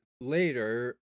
later